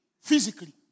physically